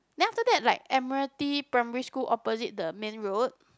then after that like Admiralty primary school opposite the main road